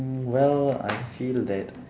well I feel that